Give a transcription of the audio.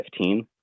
2015